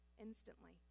instantly